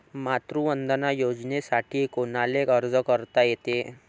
मातृवंदना योजनेसाठी कोनाले अर्ज करता येते?